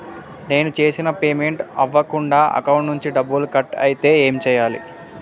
నేను చేసిన పేమెంట్ అవ్వకుండా అకౌంట్ నుంచి డబ్బులు కట్ అయితే ఏం చేయాలి?